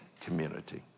community